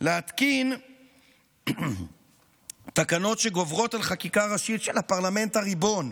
להתקין תקנות שגוברות על חקיקה ראשית של הפרלמנט הריבון,